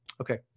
Okay